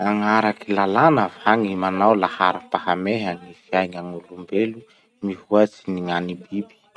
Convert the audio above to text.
Magnaraky lalàna va gny manao laharampahameha gny fiaigna gn'olombelo mihoatsy ny gn'an'ny biby?